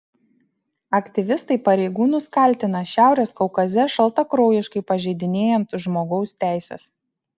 aktyvistai pareigūnus kaltina šiaurės kaukaze šaltakraujiškai pažeidinėjant žmogaus teises